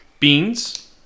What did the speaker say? Beans